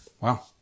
Wow